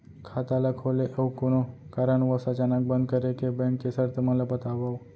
खाता ला खोले अऊ कोनो कारनवश अचानक बंद करे के, बैंक के शर्त मन ला बतावव